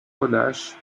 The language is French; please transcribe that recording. relâche